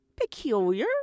peculiar